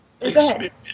experience